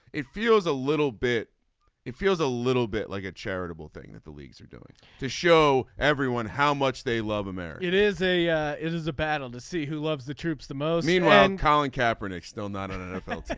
it feels a little bit it feels a little bit like a charitable thing that the leagues are doing to show everyone how much they love america. it is a it is a battle to see who loves the troops the most. meanwhile colin cameron is still not an nfl team.